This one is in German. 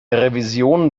revision